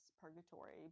purgatory